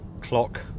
clock